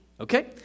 okay